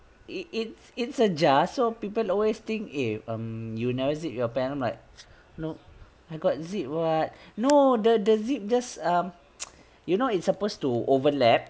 it it's it's ajar so people always think eh um you never zip your pants I'm like no I got zip [what] no the the zip just um you know it's supposed to overlap